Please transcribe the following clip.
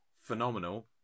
phenomenal